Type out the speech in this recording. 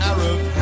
Arab